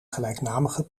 gelijknamige